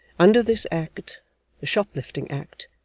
under this act the shop-lifting act,